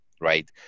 right